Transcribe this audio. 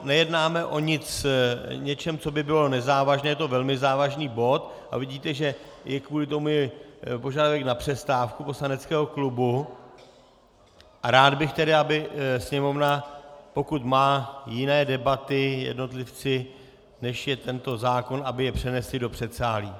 Nejednáme o ničem, co by bylo nezávažné, je to velmi závažný bod a vidíte, že i kvůli tomu je požadavek na přestávku poslaneckého klubu, a rád bych tedy, aby Sněmovna, pokud má jiné debaty, jednotlivci, než je tento zákon, aby je přenesli do předsálí.